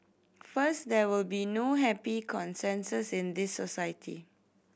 first there will be no happy consensus in the society